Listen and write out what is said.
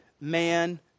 man